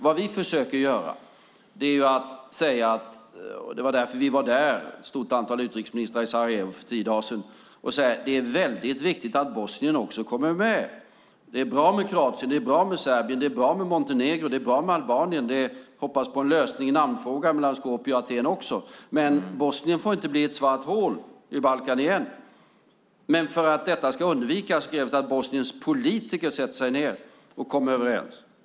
Vad vi försöker göra är att säga - det var därför vi, ett stort antal utrikesministrar, var i Sarajevo för tio dagar sedan - att det är väldigt viktigt att Bosnien också kommer med. Det är bra med Kroatien, det är bra med Serbien, det är bra med Montenegro, det är bra med Albanien - vi hoppas på en lösning i namnfrågan mellan Skopje och Aten också - men Bosnien får inte bli ett svart hål på Balkan igen. För att detta ska undvikas krävs det att Bosniens politiker sätter sig ned och kommer överens.